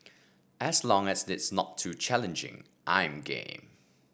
as long as it's not too challenging I'm game